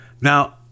Now